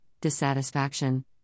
dissatisfaction